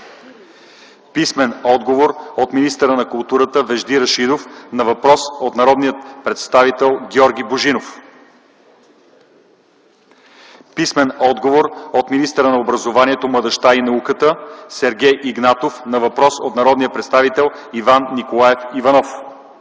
Писмен отговор от министъра на културата Вежди Рашидов на въпрос от народния представител Георги Божинов. Писмен отговор от министъра на образованието, младежта и науката Сергей Игнатов на въпрос от народния представител Иван Николаев Иванов.